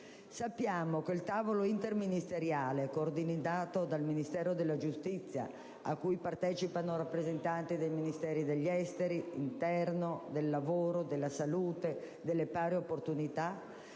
Sappiamo che il tavolo interministeriale coordinato dal Ministero della giustizia a cui partecipano rappresentanti dei Ministeri degli affari esteri, dell'interno, del lavoro, della salute e delle pari opportunità